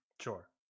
Sure